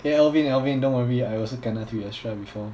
eh alvin alvin don't worry I also kena three extra before